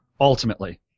ultimately